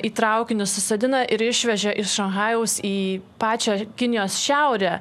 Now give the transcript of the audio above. į traukinius susodina ir išvežė iš šanchajaus į pačią kinijos šiaurę